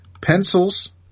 Pencils